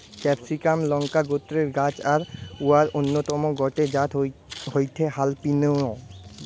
ক্যাপসিমাক লংকা গোত্রের গাছ আর অউর অন্যতম গটে জাত হয়ঠে হালাপিনিও